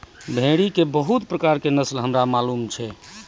भेड़ी के बहुते प्रकार रो नस्ल हमरा मालूम छै